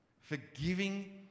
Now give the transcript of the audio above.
Forgiving